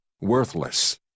worthless